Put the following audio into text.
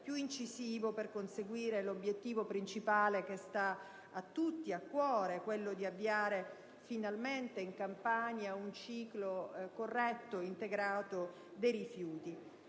più incisivo, per conseguire l'obiettivo principale che sta a tutti a cuore: avviare finalmente in Campania un corretto ciclo integrato dei rifiuti.